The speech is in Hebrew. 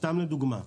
לדוגמה,